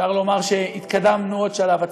אפשר לומר שהתקדמנו עוד שלב.